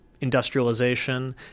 industrialization